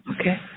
okay